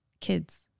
kids